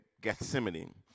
Gethsemane